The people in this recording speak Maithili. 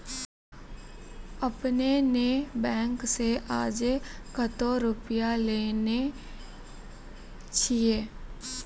आपने ने बैंक से आजे कतो रुपिया लेने छियि?